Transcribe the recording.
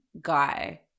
guy